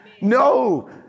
No